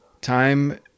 Time